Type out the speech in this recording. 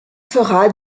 fera